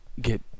get